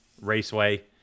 Raceway